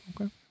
Okay